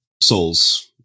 souls